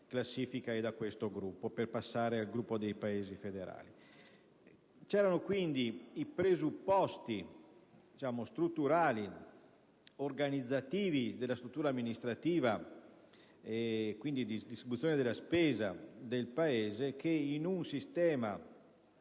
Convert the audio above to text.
e da questo gruppo per passare a quello dei Paesi federali). C'erano quindi i presupposti strutturali ed organizzativi della struttura amministrativa e quindi di distribuzione della spesa del Paese, che in un sistema